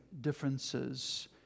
differences